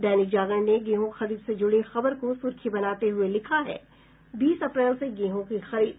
दैनिक जागरण ने गेहूँ खरीद से जुड़ी खबर को सुर्खी बनाते हुये लिखा है बीस अप्रैल से गेहूँ की खरीद